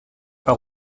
part